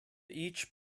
each